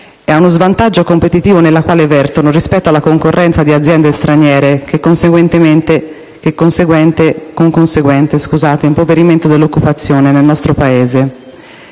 e in uno svantaggio competitivo nel quale vertono rispetto alla concorrenza di aziende straniere, con conseguente impoverimento dell'occupazione nel nostro Paese.